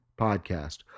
Podcast